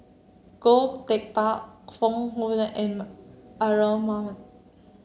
Goh Teck Phuan Foong M Aaron Maniam